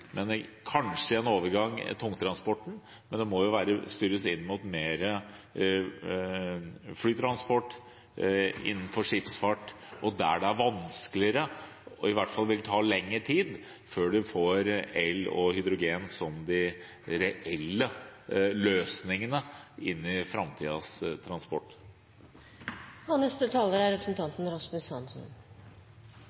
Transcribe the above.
men kanskje i en overgang mot tungtransporten – mer inn mot flytransport, mot skipsfart og der det er vanskeligere og i hvert fall vil ta lengre tid før en får el og hydrogen som de reelle løsningene i framtidens transport. Nettopp fordi biodrivstoff er et viktig og konstruktivt bidrag til overgangen til reelt utslippsfri transport, er